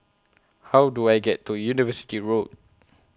How Do I get to University Road